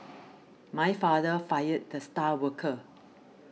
my father fired the star worker